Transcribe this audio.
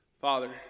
father